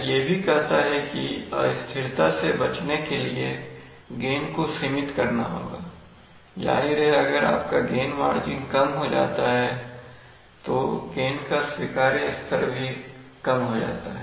यह ये भी कहता है किअस्थिरता से बचने के लिए गेन को सीमित करना होगा जाहिर है अगर आपका गेन मार्जिन कम हो जाता है तो गेन का स्वीकार्य स्तर कम हो जाता है